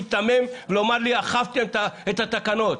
להיתמם ולומר לי שאכפתם את התקנות.